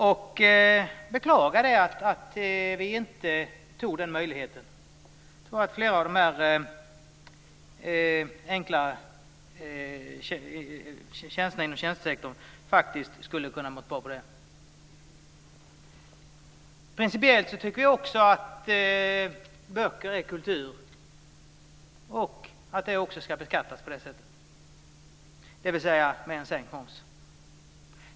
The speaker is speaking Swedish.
Jag beklagar att vi inte tog den möjligheten, så att detta hade kunnat ske när det gäller flera av dessa enklare tjänster inom tjänstesektorn. Principiellt tycker jag också att böcker är kultur och ska beskattas på det sättet, dvs. med en lägre moms.